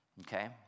Okay